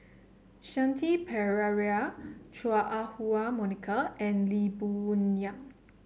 Shanti Pereira Chua Ah Huwa Monica and Lee Boon Yang